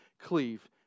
cleave